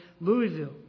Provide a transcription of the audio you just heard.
Louisville